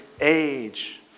age